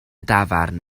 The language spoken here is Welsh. dafarn